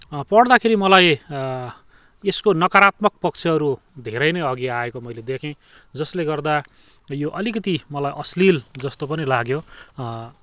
पढ्दाखेरि मलाई यसको नकारात्मक पक्षहरू धेरै नै अघि आएको मैले देखेँ जसले गर्दा यो अलिकति मलाई अश्लील जस्तो पनि लाग्यो